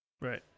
right